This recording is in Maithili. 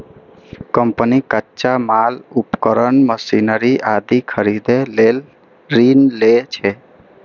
कंपनी कच्चा माल, उपकरण, मशीनरी आदि खरीदै लेल ऋण लै छै